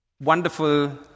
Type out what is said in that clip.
wonderful